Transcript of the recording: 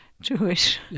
Jewish